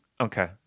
Okay